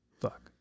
Fuck